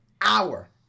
hour